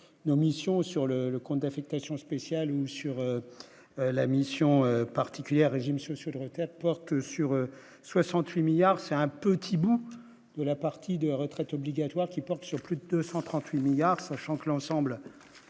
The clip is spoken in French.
nos missions sur le le compte d'affectation spéciale ou sur la mission particulière régimes sociaux de retraite porte sur 68 milliards c'est un petit bout de la partie des retraites obligatoires qui porte sur plus de 138 milliards, sachant que l'ensemble